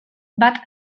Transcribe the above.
bat